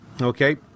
Okay